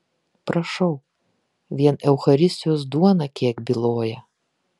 prašau vien eucharistijos duona kiek byloja